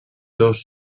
dos